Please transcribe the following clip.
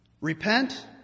repent